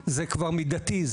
זה כבר מידתי,